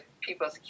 people's